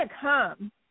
come